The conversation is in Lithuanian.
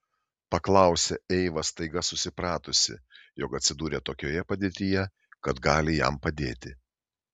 paklausė eiva staiga susipratusi jog atsidūrė tokioje padėtyje kad gali jam padėti